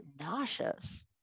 nauseous